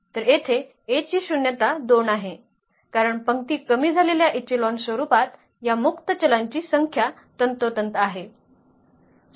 तर येथे A ची शून्यता 2 आहे कारण पंक्ती कमी झालेल्या इचेलॉन स्वरूपात या मुक्त चलांची संख्या तंतोतंत आहे